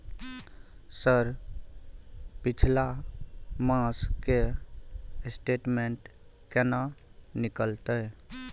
Sir पिछला मास के स्टेटमेंट केना निकलते?